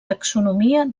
taxonomia